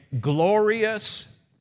glorious